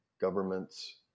governments